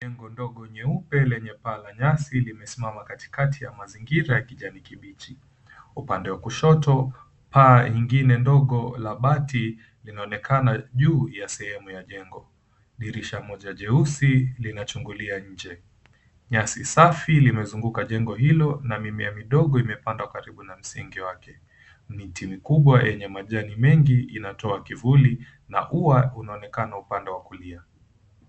Jengo ndogo nyeupe yenye paa la nyasi limesimama katikati ya mazingira ya kijani kibichi. Upande wa kushoto paa ingine ndogo la bati linaonekana juu ya sehemu ya jengo. Dirisha moja jeusi linachungulia nje. Nyasi safi limezunguka jengo hilo na mimea midogo imepandwa karibu na msingi wake. Miti mikubwa yenye majani mengi inatoa kivuli na ua unaonekana upande wa kulia.